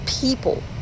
people